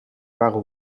waren